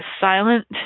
silent